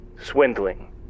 Swindling